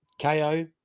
KO